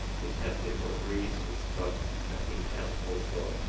this has different reasons, but it has also